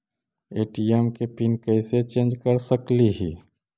ATM के pin कैसे change कर सकली ही?